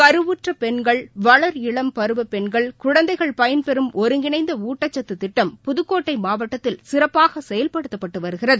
கருவுற்றபெண்கள் வளர் இளம் பருவபெண்கள் பயன்பெறம் குழந்தைகள் ஒருங்கிணைந்தஊட்டச்சத்துதிட்டம் புதுக்கோட்டைமாவட்டத்தில் சிறப்பாகசெயல்படுத்தப்பட்டுவருகிறது